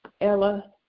Ella